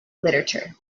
literature